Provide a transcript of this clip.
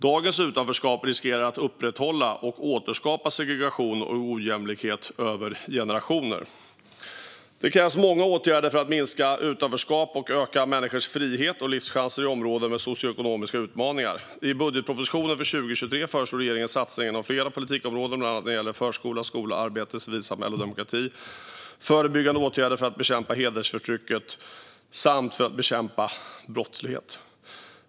Dagens utanförskap riskerar att upprätthålla och återskapa segregation och ojämlikhet över generationer. Det krävs många åtgärder för att minska utanförskap och öka människors frihet och livschanser i områden med socioekonomiska utmaningar. I budgetpropositionen för 2023 föreslår regeringen satsningar inom flera politikområden, bland annat när det gäller förskola, skola, arbete, civilsamhälle och demokrati, förebyggande åtgärder för att bekämpa hedersförtrycket samt för att bekämpa brottslighet.